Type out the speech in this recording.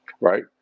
Right